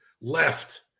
left